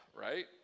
right